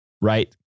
right